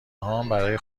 هام، برای